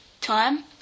Time